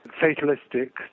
fatalistic